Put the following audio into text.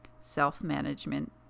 self-management